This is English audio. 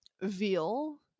veal